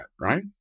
right